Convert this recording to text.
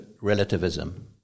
relativism